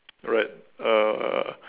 alright uh